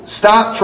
stop